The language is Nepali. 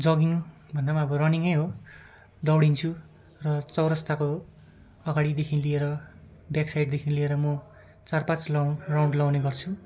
जगिङ भन्दा पनि अब रनिङ नै हो दौडिन्छु र चौरस्ताको अगाडिदेखि लिएर ब्याक साइडदेखि लिएर म चार पाँच किलो राउन्ड लाउने गर्छु र